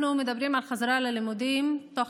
אנחנו מדברים על חזרה ללימודים תוך